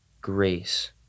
grace